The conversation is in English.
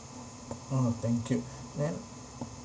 oh thank you then